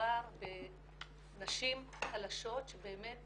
מדובר בנשים חלשות שבאמת